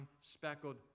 speckled